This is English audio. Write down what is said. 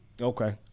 okay